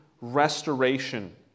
restoration